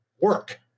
work